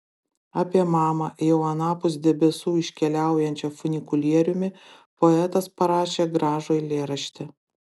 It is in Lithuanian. apie mamą jau anapus debesų iškeliaujančią funikulieriumi poetas parašė gražų eilėraštį